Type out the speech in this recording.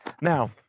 Now